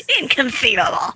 Inconceivable